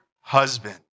husband